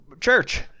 church